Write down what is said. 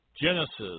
Genesis